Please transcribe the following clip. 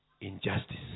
injustice